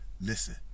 Listen